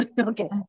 okay